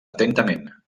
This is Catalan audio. atentament